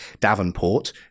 Davenport